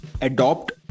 adopt